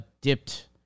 dipped